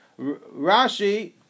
Rashi